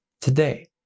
today